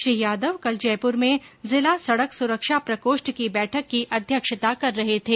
श्री यादव कल जयपुर में जिला सड़क सुरक्षा प्रकोष्ठ की बैठक की अध्यक्षता कर रहे थे